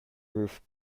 roof